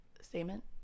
statement